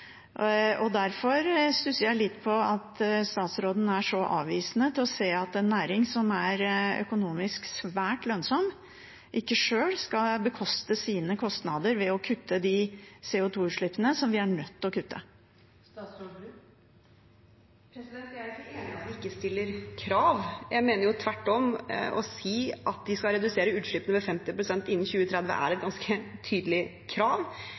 Derfor stusser jeg litt på at statsråden er så avvisende til å se at en næring som er økonomisk svært lønnsom, ikke sjøl skal bekoste sine kostnader ved å kutte de CO 2 -utslippene vi er nødt til å kutte. Jeg er ikke enig i at vi ikke stiller krav. Jeg mener tvert om at å si at de skal redusere utslippene med 50 pst. innen 2030, er et ganske tydelig krav.